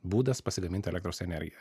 būdas pasigaminti elektros energiją